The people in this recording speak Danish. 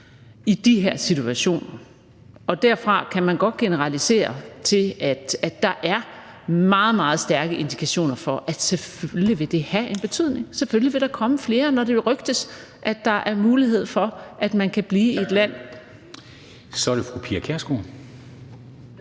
i de her situationer, og derfra kan man godt generalisere til, at der er meget, meget stærke indikationer for, at selvfølgelig vil det have en betydning; at selvfølgelig vil der komme flere, når det rygtes, at der er mulighed for, at man kan blive i et land. Kl.